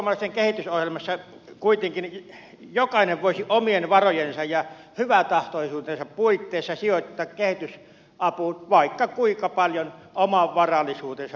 perussuomalaisten kehitysohjelmassa kuitenkin jokainen voisi omien varojensa ja hyväntahtoisuutensa puitteissa sijoittaa kehitysapuun vaikka kuinka paljon oman varallisuutensa mukaan